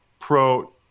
Pro